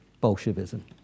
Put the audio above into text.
Bolshevism